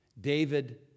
David